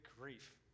grief